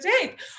take